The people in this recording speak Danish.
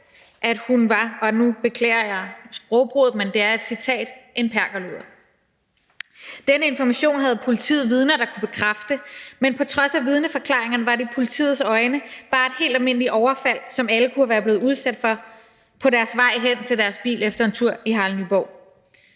at hun var – og nu beklager jeg sprogbruget, men det er et citat – en perkerluder. Denne information havde politiet vidner der kunne bekræfte, men på trods af vidneforklaringerne var det i politiets øjne bare et helt almindeligt overfald, som alle kunne være blevet udsat for på deres vej hen til deres bil efter en tur i Harald Nyborg.